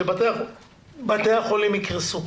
שבתי החולים יקרסו.